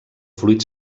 fluid